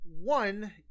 one